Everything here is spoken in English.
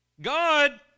God